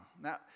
Now